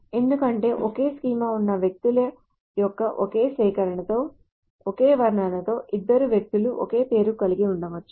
ఎందుకంటే ఒకే స్కీమా ఉన్న వ్యక్తుల యొక్క ఒకే సేకరణతో ఒకే వర్ణనతో ఇద్దరు వ్యక్తులు ఒకే పేరు కలిగి ఉండవచ్చు